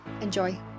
Enjoy